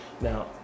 Now